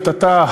קטטה,